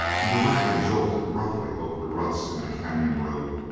and the wagon jolted roughly over the ruts in the canyon road,